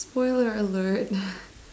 spoiler alert